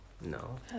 No